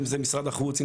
אם זה משרד החוץ,